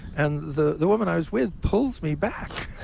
and the the woman i was with pulls me back